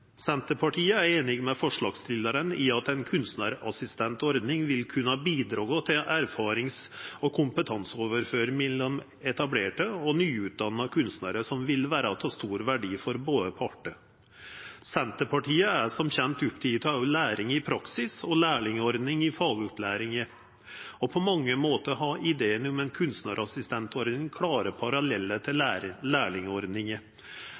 Senterpartiet er einig med forslagsstillarane i at ei kunstnarassistentordning vil kunna bidra til erfarings- og kompetanseoverføring mellom etablerte og nyutdanna kunstnarar som vil vera av stor verdi for båe partar. Senterpartiet er som kjent oppteken av læring i praksis og lærlingordning i fagopplæringa, og på mange måtar har ideen om ei kunstnarassistentordning klare parallellar til lærlingordninga